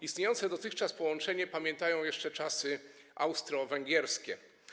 Istniejące dotychczas połączenia pamiętają jeszcze czasy austro-węgierskie.